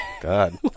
God